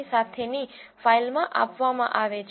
csv સાથેની ફાઇલમાં આપવામાં આવે છે